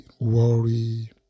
worry